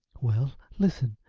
well, listen.